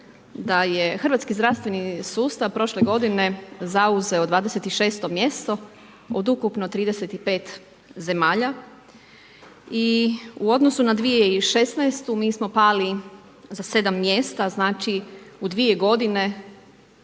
da je hrvatski zdravstveni sustav, prošle g. zauzeo 26 mjesto od ukupno 35 zemalja i u odnosu na 2016. mi smo pali za 7 mjesta, znači u 2 g.